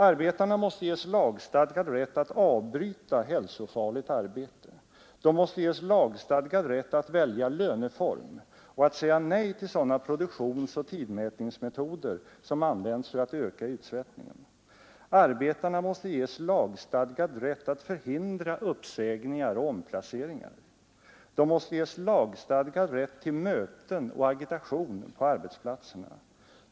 Arbetarna måste ges lagstadgad rätt att avbryta hälsofarligt arbete, de måste ges lagstadgad rätt att välja löneform och att säga nej till sådana produktionsoch tidmätningsmetoder som används för att öka utsvettningen. Arbetarna måste ges lagstadgad rätt att förhindra uppsägningar och omplaceringar. De måste ges lagstadgad rätt till möten och agitation på arbetsplatserna.